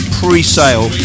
pre-sale